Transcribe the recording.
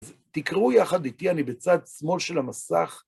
תקראו יחד איתי, אני בצד שמאל של המסך.